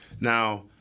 Now